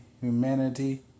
humanity